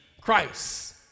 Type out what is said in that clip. Christ